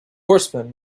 horsemen